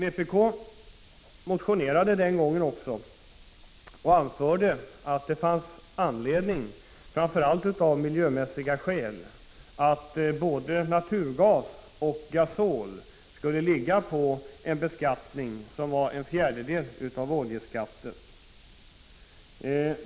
Vpk motionerade den gången också och anförde att framför allt miljöskäl talade för att beskattningen av både naturgas och gasol borde uppgå till en fjärdedel av oljeskatten.